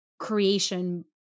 Creation